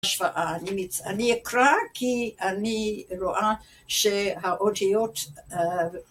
אני אקרא כי אני רואה שהאותיות